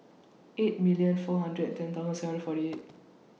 eight million four hundred and ten thousand forty eight